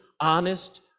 honest